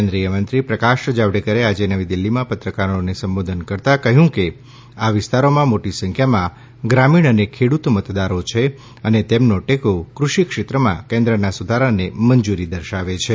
કેન્દ્રીયમંત્રી પ્રકાશ જાવડેકરે આજે નવી દિલ્હીમાં પત્રકારોને સંબોધન કરતાં કહ્યું કે આ વિસ્તારોમાં મોટી સંખ્યામાં ગ્રામીણ અને ખેડૂત મતદારો છે અને તેમનો ટેકો કૃષિ ક્ષેત્રમાં કેન્દ્રના સુધારાને મંજૂરી દર્શાવે છે